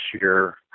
year